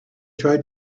tried